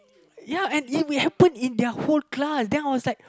ya and it we happen in their whole class then I was like